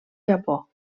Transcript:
japó